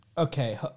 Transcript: Okay